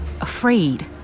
afraid